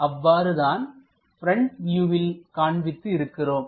அவ்வாறு தான் ப்ரெண்ட் வியூவில் காண்பித்து இருக்கிறோம்